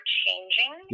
changing